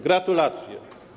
Gratulacje.